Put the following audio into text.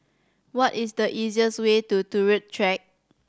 what is the easiest way to Turut Track